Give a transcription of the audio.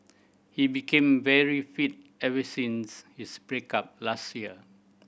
he became very fit ever since his break up last year